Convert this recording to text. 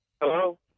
Hello